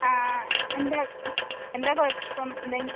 ആ ആ എന്താ എന്താ കുഴപ്പം എന്തേ